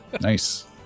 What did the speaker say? Nice